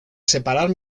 separar